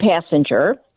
passenger